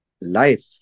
life